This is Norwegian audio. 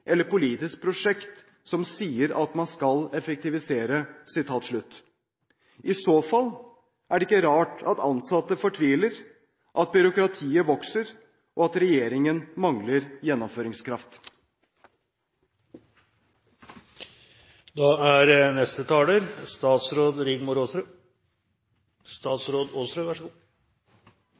eller politisk prosjekt som sier at man skal effektivisere.» I så fall er det ikke rart at ansatte fortviler, byråkratiet vokser og regjeringen mangler